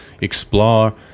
explore